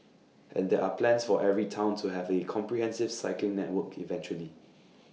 and there're plans for every Town to have A comprehensive cycling network eventually